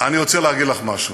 אני רוצה להגיד לך משהו: